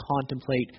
contemplate